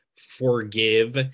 forgive